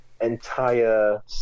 entire